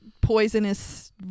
poisonous